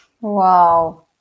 Wow